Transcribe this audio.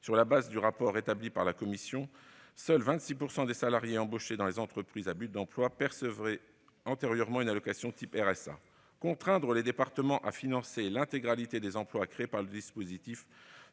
Sur la base du rapport établi par la commission, seuls 26 % des salariés embauchés dans les entreprises à but d'emploi percevaient antérieurement une allocation du type du RSA. Ainsi, contraindre les départements à financer l'intégralité des emplois créés grâce au dispositif